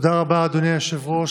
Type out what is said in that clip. תודה רבה, אדוני היושב-ראש.